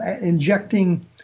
injecting